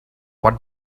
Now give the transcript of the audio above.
what